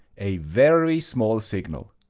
a very small signal.